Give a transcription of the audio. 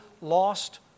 lost